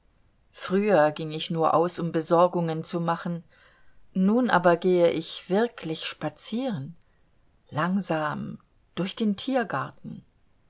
früher ging ich nur aus um besorgungen zu machen nun aber gehe ich wirklich spazieren langsam durch den tiergarten